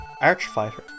Archfighter